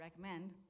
recommend